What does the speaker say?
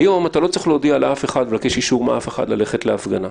אתה לא צריך להודיע לאף אחד ולבקש אישור מאף אחד ללכת להפגנה,